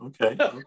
okay